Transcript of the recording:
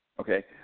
Okay